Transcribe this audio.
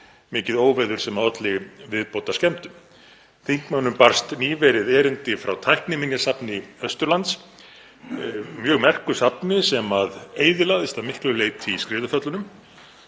mikið óveður sem olli viðbótarskemmdum. Þingmönnum barst nýverið erindi frá Tækniminjasafni Austurlands, mjög merku safni sem eyðilagðist að miklu leyti í skriðuföllunum.